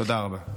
תודה רבה.